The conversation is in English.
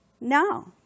No